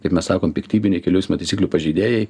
kaip mes sakom piktybiniai kelių eismo taisyklių pažeidėjai